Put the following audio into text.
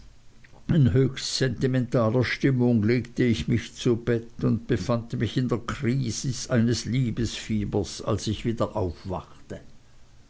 höchst sentimentaler stimmung legte ich mich zu bett und befand mich in der krisis eines liebesfiebers als ich wieder aufwachte